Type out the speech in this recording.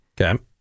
Okay